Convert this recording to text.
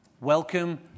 Welcome